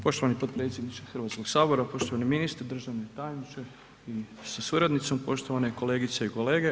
Poštovani potpredsjedniče Hrvatskog sabora, poštovani ministre, državni tajniče sa suradnicom, poštovane kolegice i kolege.